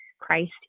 Christ